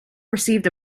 received